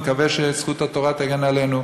אני מקווה שזכות התורה תגן עלינו,